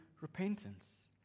repentance